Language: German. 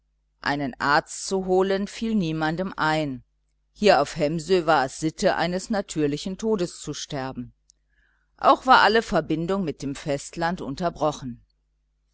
einen arzt zu holen fiel niemandem ein hier auf hemsö war es sitte eines natürlichen todes zu sterben auch war alle verbindung mit dem festland unterbrochen